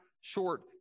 short